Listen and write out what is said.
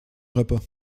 repas